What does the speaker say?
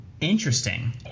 Interesting